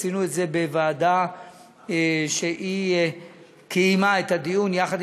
עשינו את זה בוועדה שקיימה את הדיון יחד